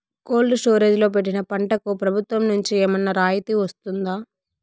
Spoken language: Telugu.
కోల్డ్ స్టోరేజ్ లో పెట్టిన పంటకు ప్రభుత్వం నుంచి ఏమన్నా రాయితీ వస్తుందా?